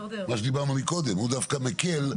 תוסיף להם ממ"ד, תוסיף להם קומה מפולשת,